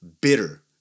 bitter